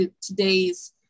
today's